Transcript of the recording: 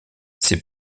ses